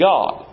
God